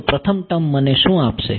તો પ્રથમ ટર્મ મને શું આપશે